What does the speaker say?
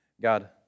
God